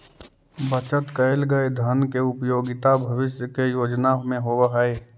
बचत कैल गए धन के उपयोगिता भविष्य के योजना में होवऽ हई